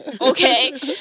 Okay